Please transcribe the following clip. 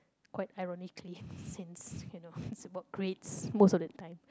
quite ironically since you know it's about grades most of the time